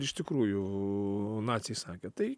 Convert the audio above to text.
iš tikrųjų naciai sakė tai